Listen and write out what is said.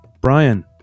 Brian